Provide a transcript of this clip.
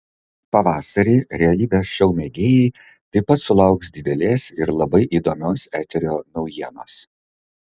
pavasarį realybės šou mėgėjai taip pat sulauks didelės ir labai įdomios eterio naujienos